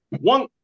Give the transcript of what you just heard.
one